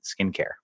skincare